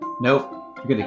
Nope